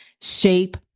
shape